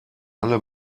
alle